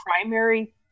primary